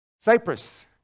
Cyprus